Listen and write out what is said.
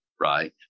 right